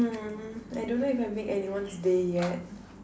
mm I don't know if I make anyone's day yet